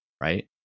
right